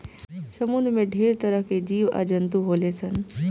समुंद्र में ढेरे तरह के जीव आ जंतु होले सन